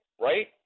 right